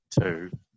two